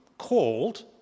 called